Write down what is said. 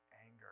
anger